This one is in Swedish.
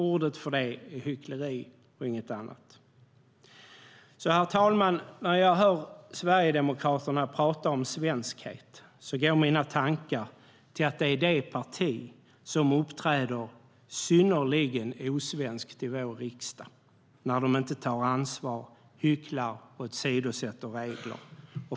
Ordet för det är hyckleri och inget annat. Så, herr talman, när jag hör Sverigedemokraterna prata om svenskhet går mina tankar till att Sverigedemokraterna är det parti som uppträder synnerligen osvenskt i vår riksdag när de inte tar ansvar utan hycklar och åsidosätter regler.